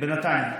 בנתניה.